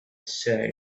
said